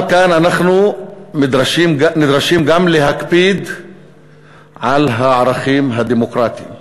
אבל כאן אנחנו נדרשים גם להקפיד על הערכים הדמוקרטיים,